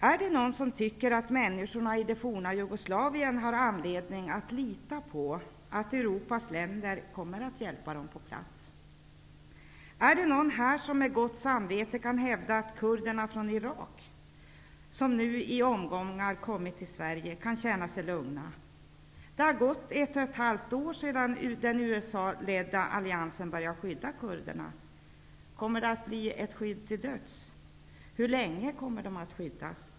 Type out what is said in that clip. Är det någon som tycker att människorna i det forna Jugoslavien har anledning att lita på att Europas länder kommer att hjälpa dem på plats? Är det någon här som med gott samvete kan hävda att kurderna från Irak som nu i omgångar kommit till Sverige kan känna sig lugna? Det har gått ett och ett halvt år sedan den USA-ledda al liansen började skydda kurderna. Kommer det att bli ett skydd till döds? Hur länge kommer de att skyddas?